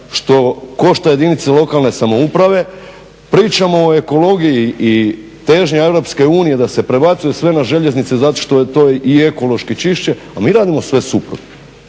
što košta jedinice lokalne samouprave. Pričamo o ekologiji i težnji Europske unije da se prebacuje sve na željeznice zato što je to i ekološki čišće, a mi radimo sve suprotno.